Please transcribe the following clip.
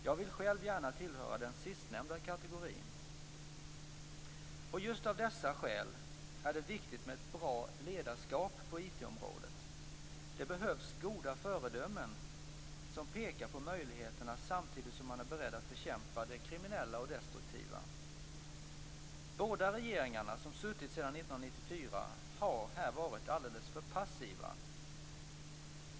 Jag vill själv gärna tillhöra den sistnämnda kategorin. Just av dessa skäl är det viktigt med ett bra ledarskap på IT-området. Det behövs goda föredömen som pekar på möjligheterna samtidigt som de är beredda att bekämpa det kriminella och det destruktiva. De båda regeringarna som suttit sedan 1994 har i detta sammanhang varit alldeles för passiva.